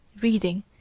reading